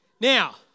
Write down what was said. Now